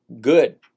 good